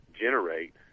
generate